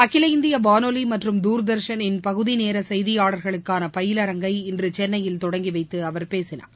அகில இந்திய வானொலி மற்றும் தூர்தர்ஷனின் பகுதி நேர செய்தியாளர்களுக்கான பயிலரங்கை இன்று சென்னயில் தொடங்கி வைத்து அவர் பேசினார்